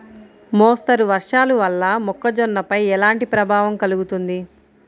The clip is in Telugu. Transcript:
మోస్తరు వర్షాలు వల్ల మొక్కజొన్నపై ఎలాంటి ప్రభావం కలుగుతుంది?